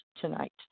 tonight